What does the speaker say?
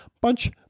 Bunch